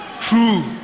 True